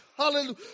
Hallelujah